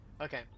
Okay